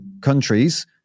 countries-